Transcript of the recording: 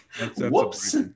whoops